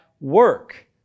work